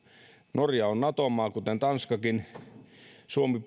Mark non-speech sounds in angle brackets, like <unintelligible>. norja on nato maa kuten tanskakin suomi <unintelligible>